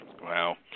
Wow